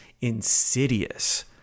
insidious